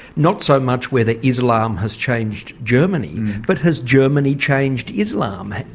not so much whether islam has changed germany but has germany changed islam?